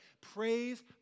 praise